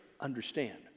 understand